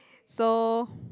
so